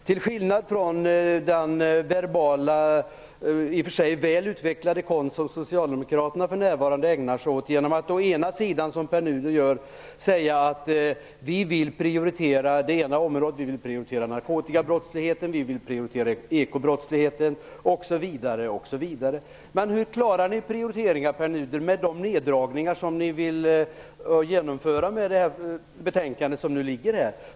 Till skillnad från den i och för sig väl utvecklade verbala konst som socialdemokraterna för närvarande ägnar sig åt, genom att som Pär Nuder gör säga: Vi vill prioritera narkotikabrottsligheten, vi vill prioritera ekobrottsligheten osv. Men hur klarar ni prioriteringarna, Pär Nuder, med de neddragningar som ni vill genomföra med det betänkande som föreligger?